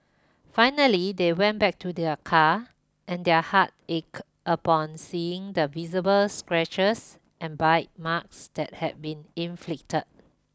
finally they went back to their car and their hearts ached upon seeing the visible scratches and bite marks that had been inflicted